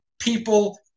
people